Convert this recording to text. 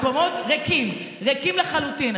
המקומות ריקים, ריקים לחלוטין.